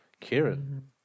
Kieran